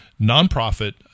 nonprofit